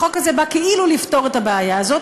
החוק הזה בא כאילו לפתור את הבעיה הזאת,